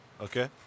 Okay